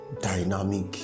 dynamic